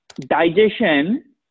digestion